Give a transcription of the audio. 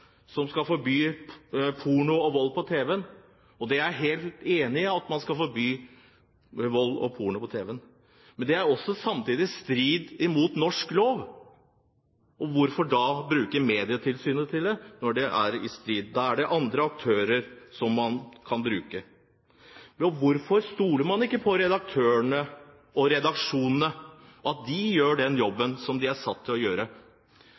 man skal forby vold og porno på tv. Men det er også samtidig i strid med norsk lov. Hvorfor bruke Medietilsynet til det når det er i strid med norsk lov? Da er det andre aktører man kan bruke. Hvorfor stoler man ikke på redaktørene og redaksjonene – at de gjør den jobben de er satt til å gjøre,